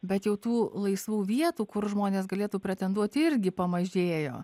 bet jau tų laisvų vietų kur žmonės galėtų pretenduot irgi pamažėjo